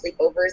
sleepovers